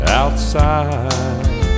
outside